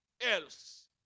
else